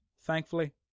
thankfully